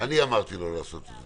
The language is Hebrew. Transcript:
אני אמרתי לו לעשות את זה.